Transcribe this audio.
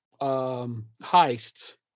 heists